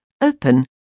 open